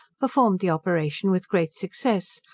performed the operation with great success,